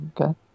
Okay